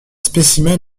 spécimens